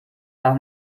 aber